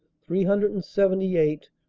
three hundred and seven eight,